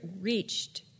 reached